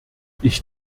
ich